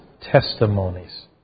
testimonies